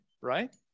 right